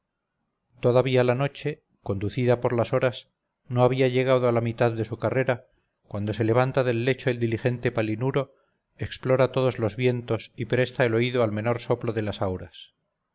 todavía la noche conducida por las horas no había llegado a la mitad de su carrera cuando se levanta del lecho el diligente palinuro explora todos los vientos y presta el oído al menor soplo de las auras